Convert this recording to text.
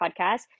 Podcast